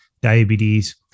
diabetes